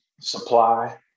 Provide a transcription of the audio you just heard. supply